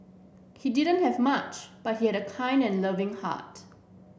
he didn't have much but he had a kind and loving heart